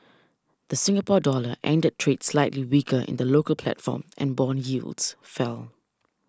the Singapore Dollar ended trade slightly weaker in the local platform and bond yields fell